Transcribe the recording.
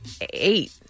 eight